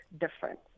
different